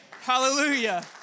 Hallelujah